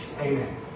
Amen